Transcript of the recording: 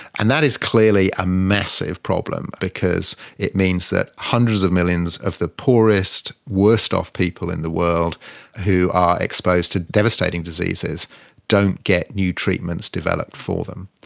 and that is clearly a massive problem because it means that hundreds of millions of the poorest, worst-off people in the world who are exposed to devastating diseases don't get new treatments developed for them.